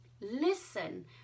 Listen